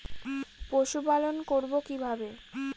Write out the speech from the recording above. পশুপালন করব কিভাবে?